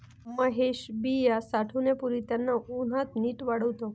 महेश बिया साठवण्यापूर्वी त्यांना उन्हात नीट वाळवतो